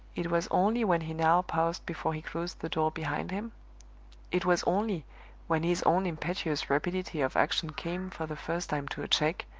it was only when he now paused before he closed the door behind him it was only when his own impetuous rapidity of action came for the first time to a check,